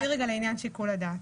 לעניין שיקול הדעת.